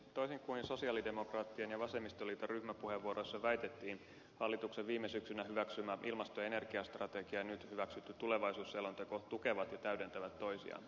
toisin kuin sosialidemokraattien ja vasemmistoliiton ryhmäpuheenvuoroissa väitettiin hallituksen viime syksynä hyväksymä ilmasto ja energiastrategia ja nyt hyväksytty tulevaisuusselonteko tukevat ja täydentävät toisiaan